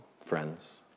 friends